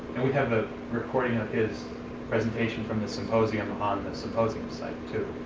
and we have a recording of his presentation from the symposium on the symposium site too.